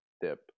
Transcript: dip